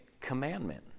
commandment